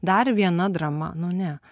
dar viena drama nu ne